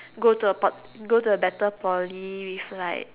go to a pot go to a better Poly with like